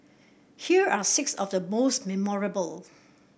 here are six of the most memorable